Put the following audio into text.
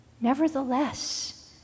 Nevertheless